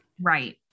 Right